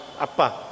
apa